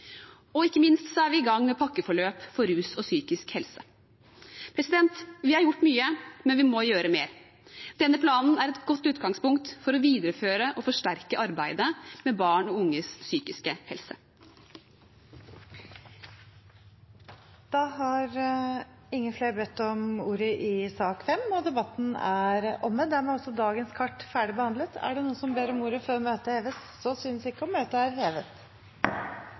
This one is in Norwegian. Ikke minst er vi i gang med pakkeforløp for rus og psykisk helse. Vi har gjort mye, men vi må gjøre mer. Denne planen er et godt utgangspunkt for å videreføre og forsterke arbeidet med barn og unges psykiske helse. Flere har ikke bedt om ordet til sak nr. 5. Dermed er dagens kart ferdigbehandlet. Forlanger noen ordet før møtet heves? – Møtet er hevet.